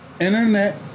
internet